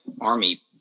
army